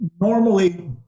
normally